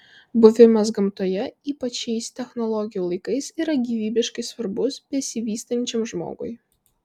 buvimas gamtoje ypač šiais technologijų laikais yra gyvybiškai svarbus besivystančiam žmogui